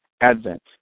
Advent